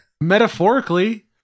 Metaphorically